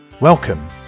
Welcome